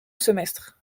semestre